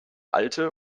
alte